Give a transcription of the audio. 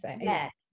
yes